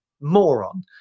moron